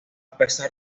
pesar